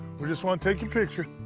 we just want to take your picture.